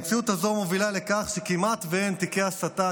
המציאות הזו מובילה לכך שכמעט אין תיקי הסתה,